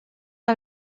que